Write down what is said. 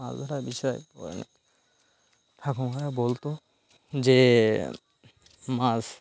মাছ ধরার বিষয়ে ঠাকুমা বলত যে মাছ